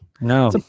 No